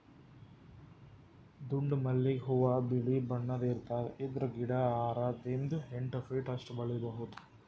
ದುಂಡ್ ಮಲ್ಲಿಗ್ ಹೂವಾ ಬಿಳಿ ಬಣ್ಣದ್ ಇರ್ತದ್ ಇದ್ರ್ ಗಿಡ ಆರರಿಂದ್ ಎಂಟ್ ಫೀಟ್ ಅಷ್ಟ್ ಬೆಳಿಬಹುದ್